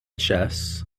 chess